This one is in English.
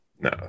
No